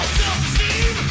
self-esteem